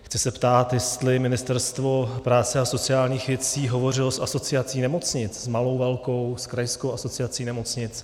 Chci se ptát, jestli Ministerstvo práce a sociálních věcí hovořilo s Asociací nemocnic, malou, velkou, krajskou asociací nemocnic.